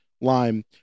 lime